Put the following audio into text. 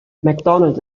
macdonald